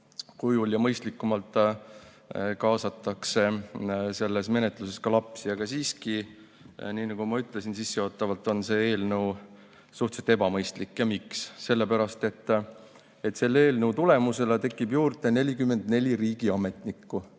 kujul ja mõistlikumalt kaasatakse selles menetluses ka lapsi. Aga siiski, nii nagu ma ütlesin sissejuhatavalt, on see eelnõu suhteliselt ebamõistlik. Miks? Sellepärast, et selle eelnõu tulemusena tekib juurde 44 riigiametnikku,